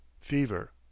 fever